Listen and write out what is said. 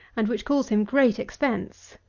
and which cause him great expense.